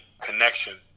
connection